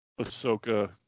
Ahsoka